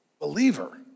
believer